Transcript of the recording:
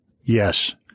Yes